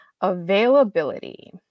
availability